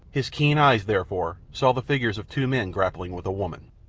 his keen eyes, therefore, saw the figures of two men grappling with a woman.